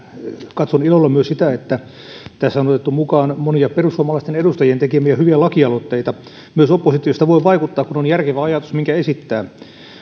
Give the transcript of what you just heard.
katson ilolla myös sitä että tässä on otettu mukaan monia perussuomalaisten edustajien tekemiä hyviä lakialoitteita myös oppositiosta voi vaikuttaa kun on järkevä ajatus minkä esittää